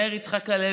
מאיר יצחק הלוי,